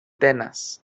tenes